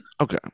Okay